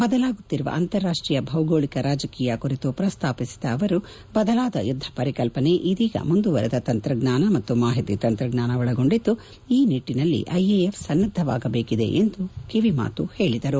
ಬದಲಾಗುತಿರುವ ಅಂತಾರಾಷ್ತೀಯ ಭೌಗೋಳಿಕ ರಾಜಕೀಯ ಕುರಿತು ಪ್ರಸಾಪಿಸಿದ ಅವರು ಬದಲಾದ ಯುದ್ದ ಪರಿಕಲ್ಸನೆ ಇದೀಗ ಮುಂದುವರೆದ ತಂತ್ರಜ್ಞಾನ ಮತ್ತು ಮಾಹಿತಿ ತಂತ್ರಜ್ಞಾನ ಒಳಗೊಂಡಿದ್ದು ಈ ನಿಟ್ಟಿನಲ್ಲಿ ಐಎಎಫ್ ಸನ್ನದ್ದವಾಗಬೇಕಿದೆ ಎಂದು ಸಚಿವರು ಕಿವಿಮಾತು ಹೇಳಿದರು